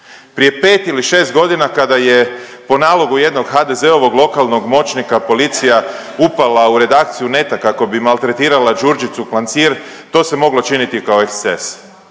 Prije 5 ili 6 godina kada je po nalogu jednog HDZ-ovog lokalnog moćnika policija upala u redakciju Neta kako bi maltretirala Đurđicu Klancir, to se moglo činiti kao eksces.